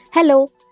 Hello